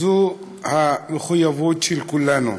זו המחויבות של כולנו,